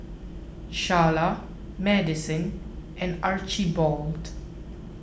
Charla Maddison and Archibald